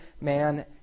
man